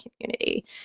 community